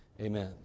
amen